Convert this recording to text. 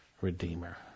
Redeemer